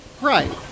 Right